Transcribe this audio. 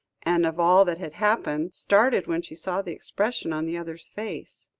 and of all that had happened, started when she saw the expression on the other's face.